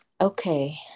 Okay